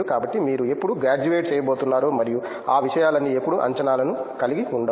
కాబట్టి మీరు ఎప్పుడు గ్రాడ్యుయేట్ చేయబోతున్నారో మరియు ఆ విషయాలన్నీ ఎప్పుడూ అంచనాలను కలిగి ఉండవు